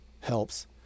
helps